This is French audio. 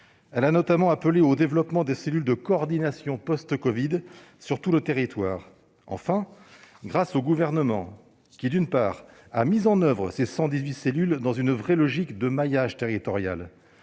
Elle a notamment appelé au développement de cellules de coordination post-covid sur tout le territoire. Enfin, le Gouvernement a, d'une part, a mis en oeuvre ces 118 cellules dans une vraie logique de maillage territorial.